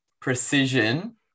precision